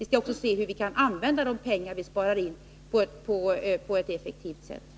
Vi skall också se till hur vi på ett effektivt sätt kan använda de pengar som vi sparar in.